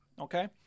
okay